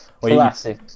Classic